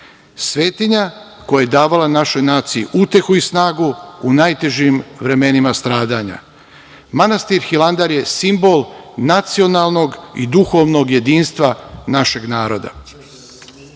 svetinja koja je davala našoj naciji utehu i snagu, u najtežim vremenima stradanja. Manastir Hilandar je simbol nacionalnog i duhovnog jedinstva našeg naroda.